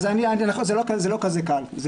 זה לא כזה קל.